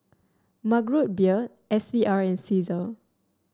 Mug Root Beer S V R and Cesar